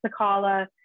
Sakala